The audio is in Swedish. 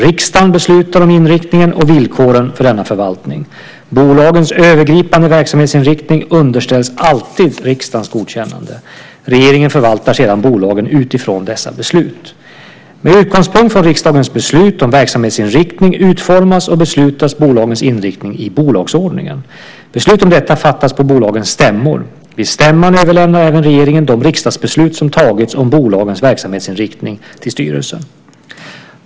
Riksdagen beslutar om inriktningen och villkoren för denna förvaltning. Bolagens övergripande verksamhetsinriktning underställs alltid riksdagens godkännande. Regeringen förvaltar sedan bolagen utifrån dessa beslut. Med utgångspunkt i riksdagens beslut om verksamhetsinriktning utformas och beslutas bolagens inriktning i bolagsordningen. Beslut om detta fattas på bolagens stämmor. Vid stämman överlämnar även regeringen de riksdagsbeslut som tagits om bolagens verksamhetsinriktning till styrelsen.